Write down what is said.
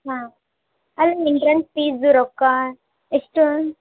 ಹಾಂ ಅಲ್ಲಿಂದು entrance fees ರೊಕ್ಕ ಎಷ್ಟು